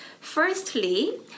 Firstly